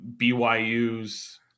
BYU's